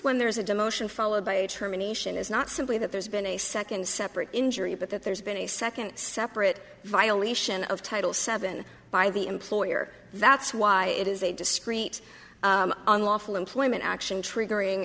when there's a demotion followed by a terminations is not simply that there's been a second separate injury but that there's been a second separate violation of title seven by the employer that's why it is a discrete unlawful employment action triggering